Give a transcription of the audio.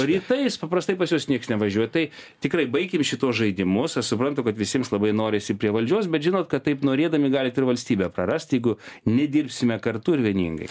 rytais paprastai pas jus nieks nevažiuoja tai tikrai baikim šituos žaidimus aš suprantu kad visiems labai norisi prie valdžios bet žinot kad taip norėdami galit ir valstybę prarast jeigu nedirbsime kartu ir vieningai